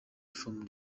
from